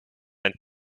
and